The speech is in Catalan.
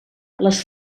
les